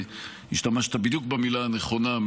והשתמשת בדיוק במילה הנכונה,